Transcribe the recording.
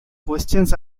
questions